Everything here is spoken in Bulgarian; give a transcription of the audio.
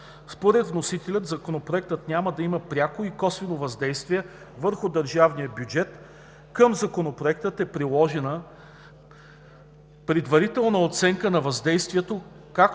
Според вносителя Законопроектът няма да има пряко или косвено въздействие върху държавния бюджет. Към Законопроекта е приложена предварителна оценка на въздействието,